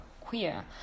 queer